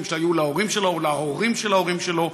שהיו להורים שלו או להורים של ההורים שלו.